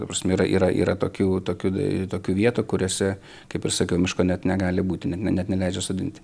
ta prasme yra yra tokių tokių tokių vietų kuriose kaip ir sakiau miško net negali būti net ne neleidžia sodinti